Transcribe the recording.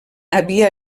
havia